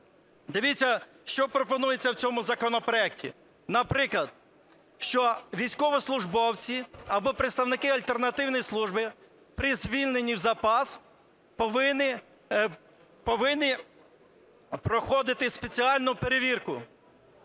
Дивіться, що пропонується в цьому законопроекті. Наприклад, що військовослужбовці або представники альтернативної служби при звільненні в запас повинні проходити спеціальну перевірку.